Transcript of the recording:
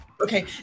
Okay